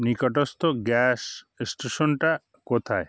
নিকটস্থ গ্যাস স্টেশনটা কোথায়